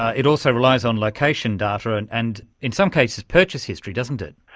it also relies on location data, and in some cases purchase history, doesn't it?